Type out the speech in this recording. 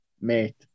mate